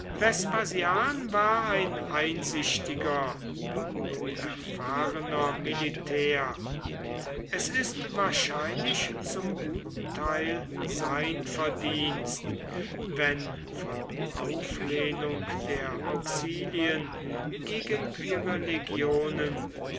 vespasian war ein einsichtiger und erfahrener militär es ist wahrscheinlich zum guten teil sein verdienst wenn von auflehnung der auxilien gegen ihre legionen